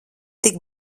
tik